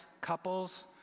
couples